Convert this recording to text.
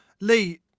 lee